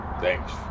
Thanks